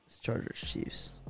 Chargers-Chiefs